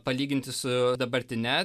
palyginti su dabartine